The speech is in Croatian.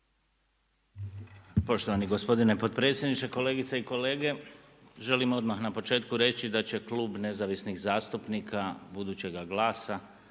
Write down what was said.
Poštovani gospodine potpredsjedniče, kolegice i kolege želim odmah na početku reći da će Klub nezavisnih zastupnika budućega